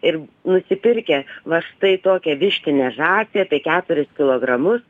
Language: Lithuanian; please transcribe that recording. ir nusipirkę va štai tokią vištinę žąsį apie keturis kilogramus